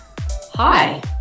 Hi